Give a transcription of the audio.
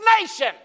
nation